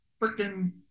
freaking